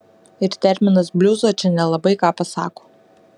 ir terminas bliuzo čia nelabai ką pasako